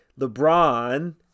LeBron